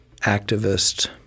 activist